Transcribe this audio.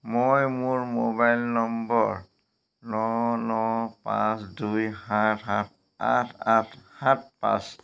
মই মোৰ mobile number ন ন পাঁচ দুই সাত সাত আঠ আঠ সাত পাঁচ